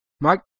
Mike